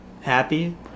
happy